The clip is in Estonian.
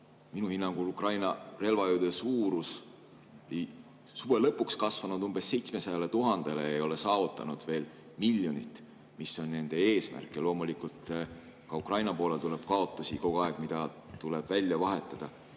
Minu hinnangul Ukraina relvajõudude suurus oli suve lõpuks kasvanud umbes 700 000-le, see ei ole saavutanud veel miljonit, mis on nende eesmärk. Ja loomulikult ka Ukraina poolel tuleb kaotusi kogu aeg, mida tuleb välja vahetada.